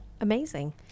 amazing